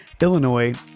Illinois